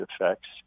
effects